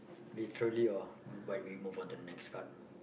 literally or but we move on to the next card